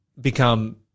become